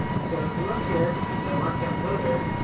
so if we look here, the markdown loader